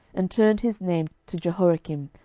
and turned his name to jehoiakim,